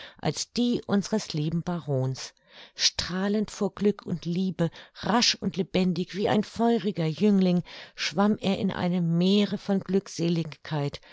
als die unseres lieben barons strahlend vor glück und liebe rasch und lebendig wie ein feuriger jüngling schwamm er in einem meere von